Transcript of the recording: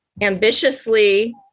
ambitiously